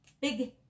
big